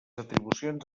atribucions